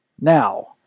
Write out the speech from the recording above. Now